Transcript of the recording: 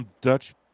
Dutch